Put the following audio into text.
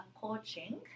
coaching